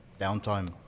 downtime